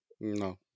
No